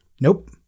Nope